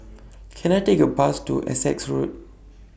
Can I Take A Bus to Essex Road